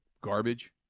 garbage